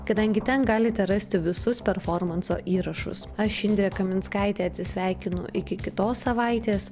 kadangi ten galite rasti visus performanso įrašus aš indrė kaminskaitė atsisveikinu iki kitos savaitės